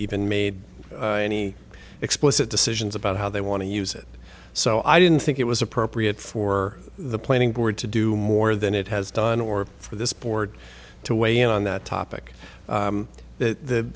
even made any explicit decisions about how they want to use it so i didn't think it was appropriate for the planning board to do more than it has done or for this board to weigh in on that topic the